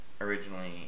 originally